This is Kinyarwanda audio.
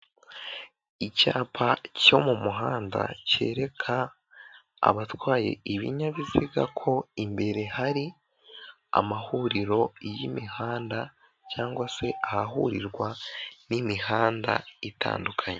Icyapa cyo mu muhanda cyereka abatwaye ibinyabiziga ko imbere hari amahuriro y'imihanda cyangwa se ahahurirwa n'imihanda itandukanye.